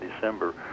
december